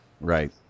Right